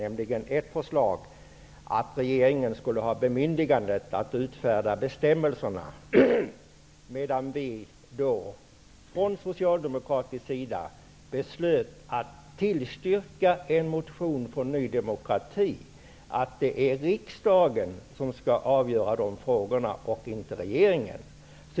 Det var ett förslag om att regeringen skulle få bemyndigandet att utfärda bestämmelserna. Men vi från socialdemokratisk sida beslöt att tillstyrka en motion från Ny demokrati om att det är riksdagen som skall avgöra de frågorna, inte regeringen.